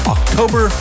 October